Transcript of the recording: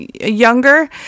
younger